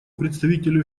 представителю